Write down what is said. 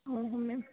ma'am